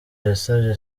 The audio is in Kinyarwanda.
yasabye